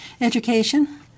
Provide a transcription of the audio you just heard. Education